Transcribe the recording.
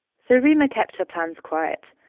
so reema kept her plans quiet.